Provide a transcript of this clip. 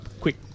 quick